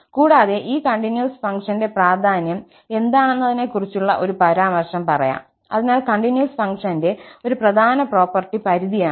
കൂടാതെ ഈ കണ്ടിന്യൂസ് ഫംഗ്ഷന്റെ പ്രാധാന്യം എന്താണെന്നതിനെക്കുറിച്ചുള്ള ഒരു പരാമർശം പറയാം അതിനാൽ കണ്ടിന്യൂസ് ഫംഗ്ഷന്റെ ഒരു പ്രധാന പ്രോപ്പർട്ടി പരിധിയാണ്